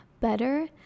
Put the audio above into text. better